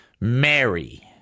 Mary